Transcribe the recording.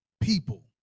people